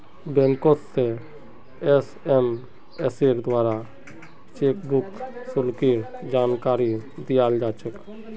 बैंकोत से एसएमएसेर द्वाराओ चेकबुक शुल्केर जानकारी दयाल जा छेक